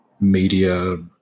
media